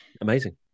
Amazing